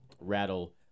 Rattle